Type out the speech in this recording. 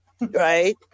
Right